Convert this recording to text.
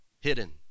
hidden